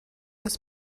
was